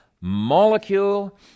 molecule